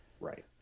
Right